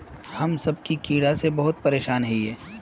हम सब की कीड़ा से बहुत परेशान हिये?